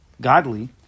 godly